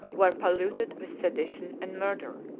were polluted with sedition and murder.